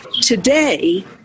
today